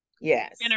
Yes